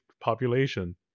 population